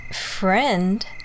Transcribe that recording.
friend